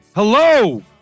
Hello